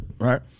Right